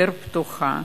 יותר פתוחה.